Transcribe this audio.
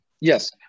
Yes